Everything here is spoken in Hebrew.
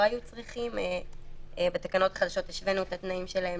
היו צריכים ובתקנות החדשות השווינו את התנאים שלהם